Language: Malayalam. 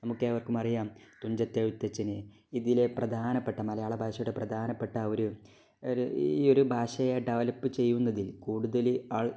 നമുക്കേവർക്കും അറിയാം തുഞ്ചത്ത് എഴുത്തച്ഛന് ഇതിലെ പ്രധാനപ്പെട്ട മലയാളഭാഷയുടെ പ്രധാനപ്പെട്ട ഒരു ഈയൊരു ഭാഷയെ ഡെവലപ്പ് ചെയ്യുന്നതിൽ കൂടുതല് ആൾ